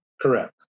Correct